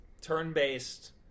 turn-based